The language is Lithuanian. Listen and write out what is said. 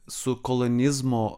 su kolonizmo